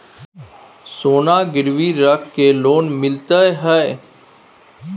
सोना गिरवी रख के लोन मिलते है?